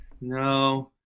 No